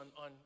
on